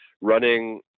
running